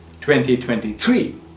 2023